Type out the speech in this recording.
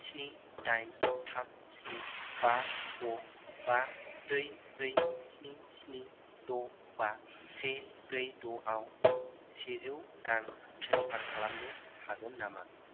स्नि दाइन थाम स्नि बा द बा ब्रै ब्रै स्नि स्नि द' बा से ब्रै द'आव सेजौ रां ट्रेन्सफार खालामनो हागोन नामा